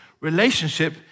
Relationship